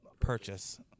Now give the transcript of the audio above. purchase